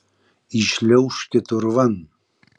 įšliaužkit urvan